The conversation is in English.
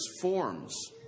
forms